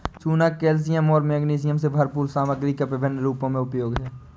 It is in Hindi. चूना कैल्शियम और मैग्नीशियम से भरपूर सामग्री का विभिन्न रूपों में उपयोग है